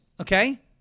okay